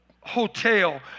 hotel